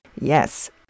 Yes